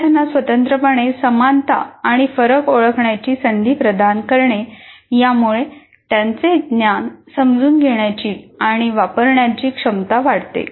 विद्यार्थ्यांना स्वतंत्रपणे समानता आणि फरक ओळखण्याची संधी प्रदान करणे यामुळे त्यांचे ज्ञान समजून घेण्याची आणि वापरण्याची क्षमता वाढते